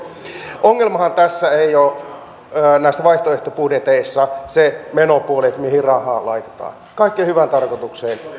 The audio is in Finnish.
ongelmahan näissä vaihtoehtobudjeteissa ei ole se menopuoli mihin rahaa laitetaan kaikkeen hyvään tarkoitukseen rahaa laitetaan